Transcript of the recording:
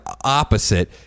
opposite